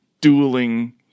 dueling